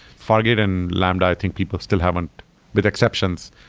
fargate and lambda, i think people still haven't with exceptions,